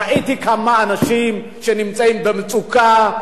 ראיתי כמה אנשים שנמצאים במצוקה,